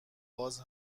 باز